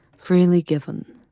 freely given.